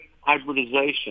hybridization